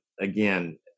again